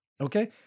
Okay